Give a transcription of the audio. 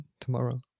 tomorrow